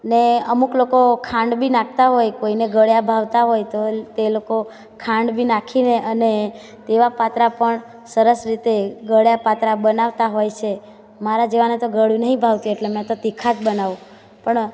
ને અમુક લોકો ખાંડ બી નાંખતા હોય કોઈને ગળ્યા ભાવતા હોય તો તે લોકો ખાંડ બી નાખીને અને તેવા પાતરા પણ સરસ રીતે ગળ્યા પાતરા બનાવતાં હોય છે મારા જેવાને ગળ્યું નહીં ભાવતું એટલે મેં તો તીખા જ બનવું પણ